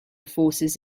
forces